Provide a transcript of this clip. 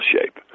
shape